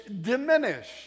diminish